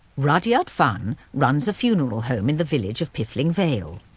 rudyard funn runs a funeral home in the village of piffling vale.